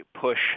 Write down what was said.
push